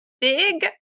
big